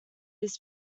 his